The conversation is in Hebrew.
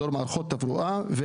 מדור מערכות תברואה,